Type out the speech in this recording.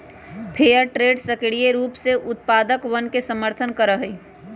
fair trade सक्रिय रूप से उत्पादकवन के समर्थन करा हई